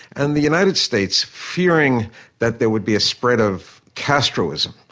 and the united states, fearing that there would be a spread of castroism,